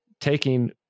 taking